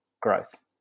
growth